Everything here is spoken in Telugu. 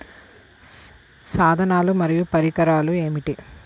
సాధనాలు మరియు పరికరాలు ఏమిటీ?